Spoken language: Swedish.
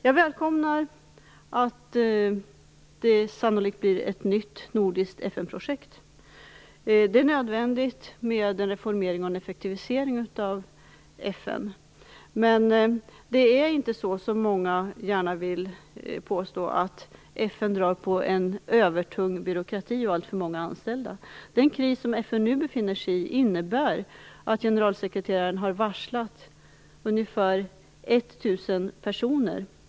Jag välkomnar att det sannolikt blir ett nytt nordiskt FN-projekt. Det är nödvändigt med en reformering och en effektivisering av FN, men det är inte så som många gärna vill påstå, dvs. att FN drar på en övertung byråkrati och alltför många anställda. Den kris som FN nu befinner sig i innebär att generalsekreteraren har varslat ungefär 1 000 personer.